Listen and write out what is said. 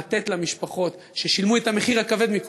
ולתת למשפחות ששילמו את המחיר הכבד מכול,